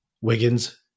Wiggins